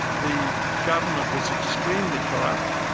the government was extremely corrupt.